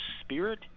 spirit